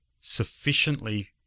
sufficiently